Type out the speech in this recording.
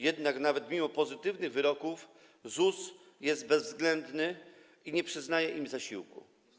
Jednak nawet mimo pozytywnych wyroków ZUS jest bezwzględny i nie przyznaje im zasiłku.